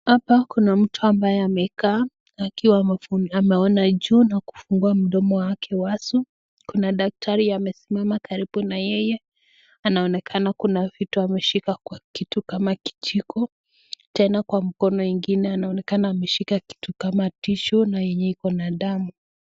Hapa kuna mtu ambaye amekaa akiwa ameona juu na kufungua mdomo wake wazi. Kuna daktari amesimama karibu na yeye anaonekana kuna vitu ameshika kwa kitu kama kijiko. Tena kwa mkono mwingine, ameshika kitu kama [tissue] na iko na damu.